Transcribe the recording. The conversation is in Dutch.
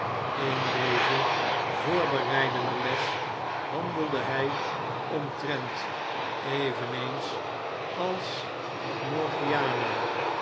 in deze voorbereidende les handelde hij omtrent eveneens als morgiana